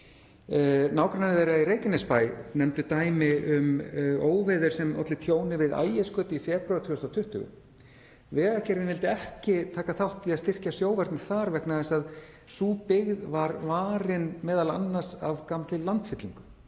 Nágrannar þeirra í Reykjanesbæ nefndu dæmi um óveður sem olli tjóni við Ægisgötu í febrúar 2020. Vegagerðin vildi ekki taka þátt í að styrkja sjóvarnir þar vegna þess að sú byggð var varin m.a. af gamalli landfyllingu